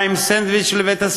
באים עם סנדוויץ' מושקע לבית-הספר,